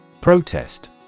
Protest